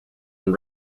and